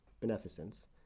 beneficence